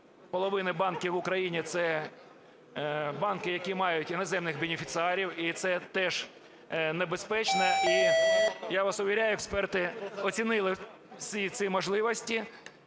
половини банків в Україні – це банки, які мають іноземних бенефеціарів, і це теж небезпечно. І я вас завіряю, експерти оцінили всі ці можливості.